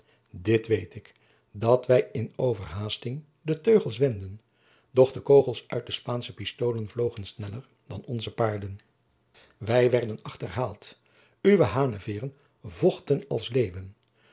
dit weet ik dat wij in overhaasting de teugels wendden doch de kogels uit de spaansche pistolen vlogen sneller dan onze paarden wij werden achterhaald uwe haneveêren vochten als leeuwen